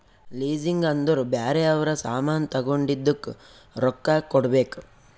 leasing ಅಂದುರ್ ಬ್ಯಾರೆ ಅವ್ರ ಸಾಮಾನ್ ತಗೊಂಡಿದ್ದುಕ್ ರೊಕ್ಕಾ ಕೊಡ್ಬೇಕ್